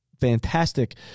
fantastic